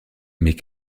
mais